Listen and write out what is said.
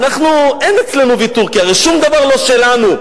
אנחנו, אין אצלנו ויתור, כי הרי שום דבר לא שלנו.